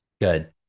Good